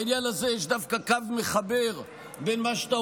בעניין הזה יש דווקא קו מחבר בין מה שאתה